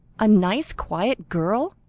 a nice, quiet girl!